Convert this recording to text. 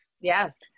Yes